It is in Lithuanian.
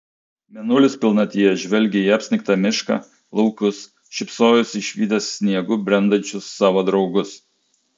mėnulis pilnatyje žvelgė į apsnigtą mišką laukus šypsojosi išvydęs sniegu brendančius savo draugus